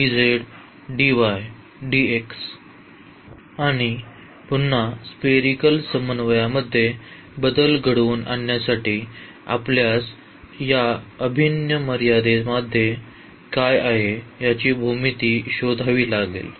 आणि पुन्हा स्पेरीकल समन्वयामध्ये बदल घडवून आणण्यासाठी आपल्यास या अभिन्न मर्यादेमध्ये काय आहे याची भूमिती शोधावी लागेल